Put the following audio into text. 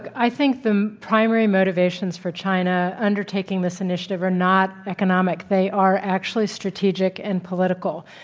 i think the primary motivations for china undertaking this initiative or not economic, they are actually strategic and political.